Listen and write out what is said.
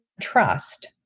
trust